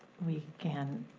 we can,